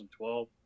2012